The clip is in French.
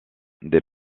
des